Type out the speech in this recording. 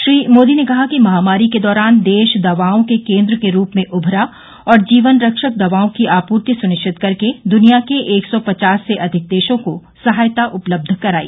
श्री मोदी ने कहा कि महामारी के दौरान देश दवाओं के केंद्र के रूप में उभरा और जीवन रक्षक दवाओं की आपूर्ति सुनिश्चित करके दूनिया के एक सौ पचास से अधिक देशों को सहायता उपलब्ध कराई